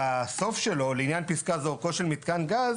בסוף שלו: "לעניין פסקה זה אורכו של מתקן גז